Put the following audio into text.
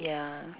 ya